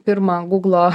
pirmą gūglo